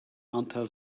until